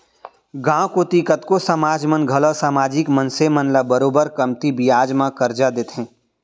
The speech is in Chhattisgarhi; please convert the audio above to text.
गॉंव कोती कतको समाज मन घलौ समाजिक मनसे मन ल बरोबर कमती बियाज म करजा देथे